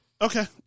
Okay